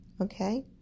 Okay